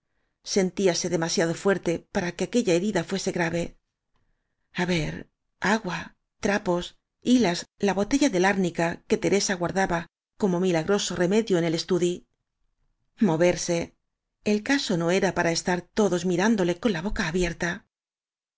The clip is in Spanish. más sentíase demasiado fuerte para que aquella herida fuese grave a ver agua trapos hilas la botella del árnica que teresa guardaba como milagroso remedio en su estudi moverse el caso no era para estar todos mirándole con la boca abierta